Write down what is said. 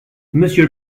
monsieur